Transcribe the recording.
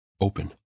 open